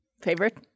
Favorite